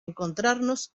encontrarnos